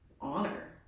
honor